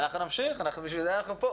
אנחנו נמשיך, בגלל זה אנחנו פה.